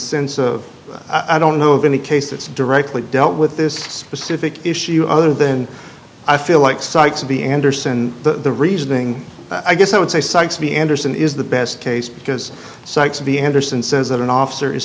sense of i don't know of any case that's directly dealt with this specific issue other than i feel like cites to be anderson the reasoning i guess i would say cites me anderson is the best case because cites of the anderson says that an officer is